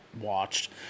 watched